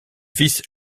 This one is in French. vice